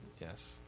yes